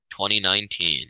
2019